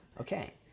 Okay